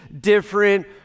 different